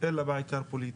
אלא בעיקר פוליטית.